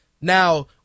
Now